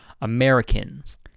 Americans